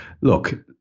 look